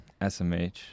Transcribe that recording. SMH